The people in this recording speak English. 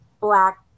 black